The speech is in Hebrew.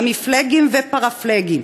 המיפלגיים ופרפלגיים,